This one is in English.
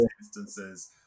instances